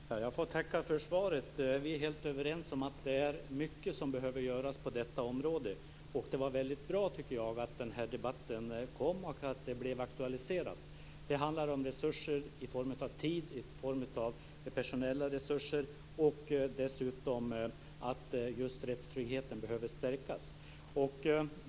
Fru talman! Jag får tacka för svaret. Vi är helt överens om att det är mycket som behöver göras på detta område. Det var väldigt bra, tycker jag, att den här debatten kom och att frågan blev aktualiserad. Det handlar om resurser i form av tid, i form av personella resurser. Dessutom behöver rättstryggheten stärkas.